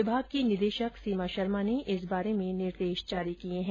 विभाग की निदेशक सीमा शर्मा ने इस बारे में निर्देश जारी किये है